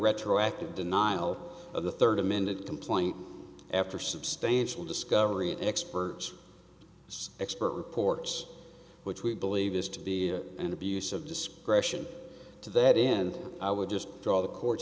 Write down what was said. retroactive denial of the third amended complaint after substantial discovery experts say expert reports which we believe is to be an abuse of discretion to that end i would just draw the court